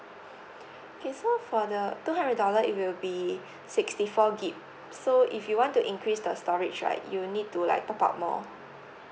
okay so for the two hundred dollar it will be sixty four gig so if you want to increase the storage right you will need to like top up more